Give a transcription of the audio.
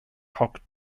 hoc